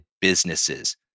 businesses